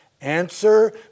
Answer